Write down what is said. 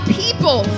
people